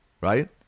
right